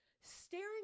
staring